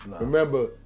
Remember